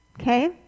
Okay